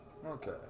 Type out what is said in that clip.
Okay